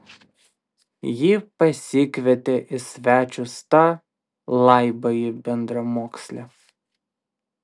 ji pasikvietė į svečius tą laibąjį bendramokslį